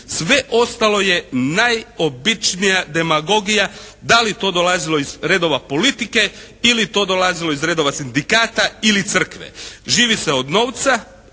Sve ostalo je najobičnija demagogija. Da li to dolazilo iz redova politike ili to dolazilo iz redova Sindikata ili crkve? Živi se od novca,